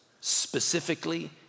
specifically